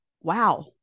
wow